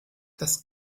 das